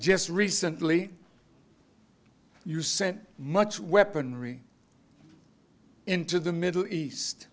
just recently you sent much weaponry into the middle east